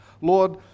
Lord